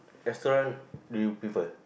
restaurant do you prefer